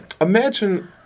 Imagine